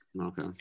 okay